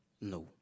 No